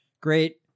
great